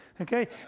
Okay